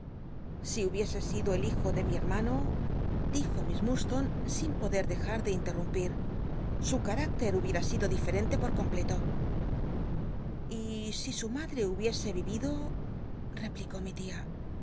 si hubiese sido el hijo de mi hermano dijo miss mudstonc sin pode deja de interrumpir su carácter hubiera sido diferente po completo y si su madre hubiese yivido replicó mi tia